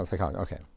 Okay